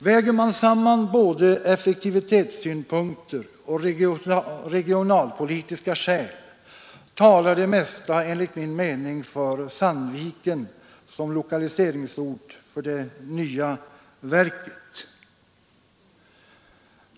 Väger man samman både effektivitetssynpunkter och regionalpolitiska skäl talar det mesta, enligt min mening, för Sandviken som lokaliseringsort för det nya verket.